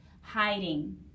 hiding